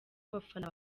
abafana